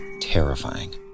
terrifying